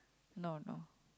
no no